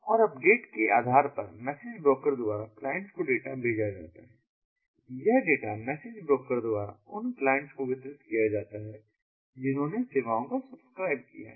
और अपडेट के आधार पर मैसेज ब्रोकर द्वारा क्लाइंट्स को डेटा भेजा जाता है यह डेटा मैसेज ब्रोकर द्वारा उन क्लाइंट्स को वितरित किया जाता है जिन्होंने सेवाओं की सब्सक्राइब किया है